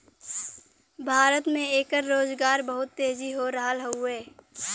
भारत में एकर रोजगार बहुत तेजी हो रहल हउवे